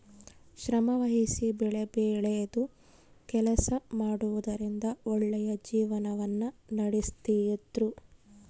ಶ್ರಮವಹಿಸಿ ಬೆಳೆಬೆಳೆದು ಕೆಲಸ ಮಾಡುವುದರಿಂದ ಒಳ್ಳೆಯ ಜೀವನವನ್ನ ನಡಿಸ್ತಿದ್ರು